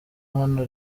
hano